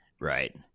Right